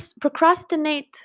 procrastinate